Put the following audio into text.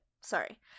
Sorry